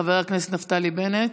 חבר הכנסת נפתלי בנט.